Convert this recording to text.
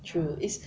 true it's